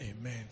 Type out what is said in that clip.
Amen